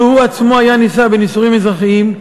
לו הוא עצמו היה נישא בנישואים אזרחיים,